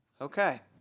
Okay